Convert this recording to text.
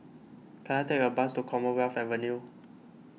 can I take a bus to Commonwealth Avenue